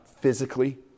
Physically